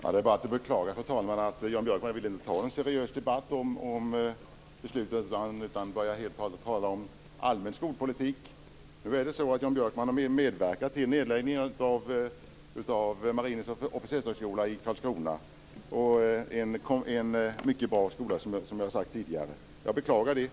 Fru talman! Det är bara att beklaga att Jan Björkman inte vill ta en seriös debatt om beslutet, utan han börjar helt plötsligt att tala om allmän skolpolitik. Om Jan Björkman vill medverka till nedläggningen av Marinens officershögskola i Karlskrona - en mycket bra skola, som jag sade tidigare - beklagar jag det.